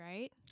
right